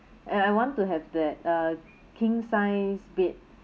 eh I want to have that a king sized bed